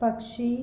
पक्षी